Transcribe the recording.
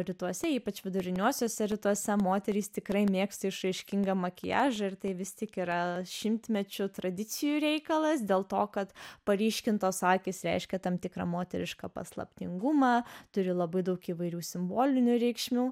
rytuose ypač viduriniuosiuose rytuose moterys tikrai mėgsta išraiškingą makiažą ir tai vis tik yra šimtmečių tradicijų reikalas dėl to kad paryškintos akys reiškia tam tikrą moterišką paslaptingumą turi labai daug įvairių simbolinių reikšmių